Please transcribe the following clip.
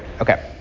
Okay